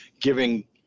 giving